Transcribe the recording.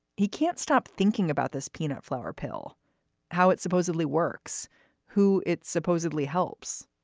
he can't stop thinking about this peanut flour pill how it supposedly works who it supposedly helps